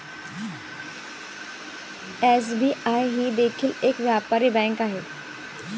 SBI ही देखील एक व्यापारी बँक आहे